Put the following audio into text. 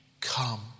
Come